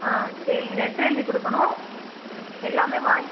ஆ சரிங்க லெட்ரு எழுதி கொடுக்கணும் எல்லாமே வாங்கி